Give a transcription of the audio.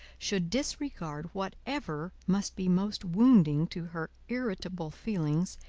should disregard whatever must be most wounding to her irritable feelings,